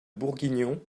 bourguignon